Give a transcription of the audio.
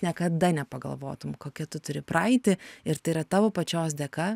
niekada nepagalvotum kokia tu turi praeitį ir tai yra tavo pačios dėka